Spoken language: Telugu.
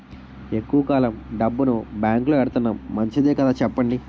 ఎక్కువ కాలం డబ్బును బాంకులో ఎడతన్నాం మంచిదే కదా చెప్పండి